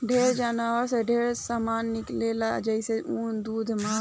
ढेर जानवर से ढेरे सामान मिलेला जइसे ऊन, दूध मांस